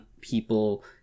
people